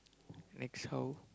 next how